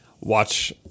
Watch